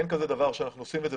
אין דבר כזה שאנחנו עושים את זה,